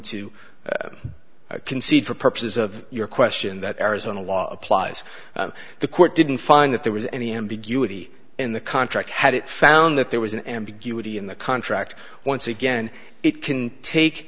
to concede for purposes of your question that arizona law applies the court didn't find that there was any ambiguity in the contract had it found that there was an ambiguity in the contract once again it can take